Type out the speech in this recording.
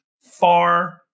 far